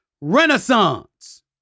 Renaissance